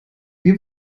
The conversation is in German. wir